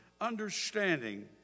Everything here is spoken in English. understanding